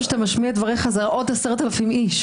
שאתה משמיע את דבריך זה עוד 10,000 איש.